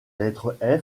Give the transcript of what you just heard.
lettre